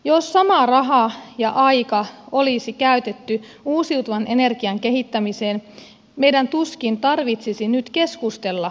jos sama raha ja aika olisi käytetty uusiutuvan energian kehittämiseen meidän tuskin tarvitsisi nyt keskustella ydinvoimasta